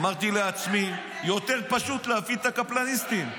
אמרתי לעצמי, יותר פשוט להפעיל את הקפלניסטים.